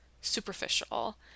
superficial